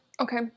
Okay